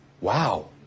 Wow